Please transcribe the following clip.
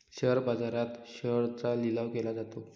share बाजारात शेअर्सचा लिलाव केला जातो